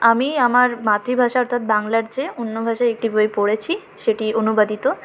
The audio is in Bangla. আমি আমার মাতৃভাষা অর্থাৎ বাংলার চেয়ে অন্য ভাষায় একটি বই পড়েছি সেটি অনুবাদিত